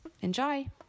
Enjoy